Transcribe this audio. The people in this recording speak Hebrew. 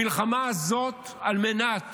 המלחמה הזאת, על מנת